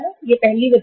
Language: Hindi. यह पहला मोड है